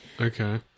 Okay